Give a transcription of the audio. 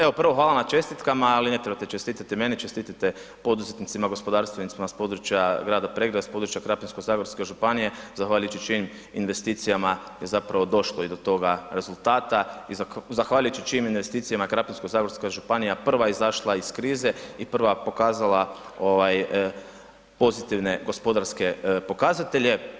Evo prvo hvala na čestitkama, ali ne trebate čestitati meni čestitajte poduzetnicima gospodarstvenicima s područja grada Pregrade, s područja Krapinsko-zagorske županije zahvaljujući čijim investicijama je zapravo došlo i do toga rezultata i zahvaljujući čijim investicijama Krapinsko-zagorska županija prva izašla iz krize i prva pokazala pozitivne gospodarske pokazatelje.